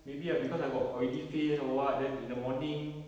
maybe ah because I got oily face or what then in the morning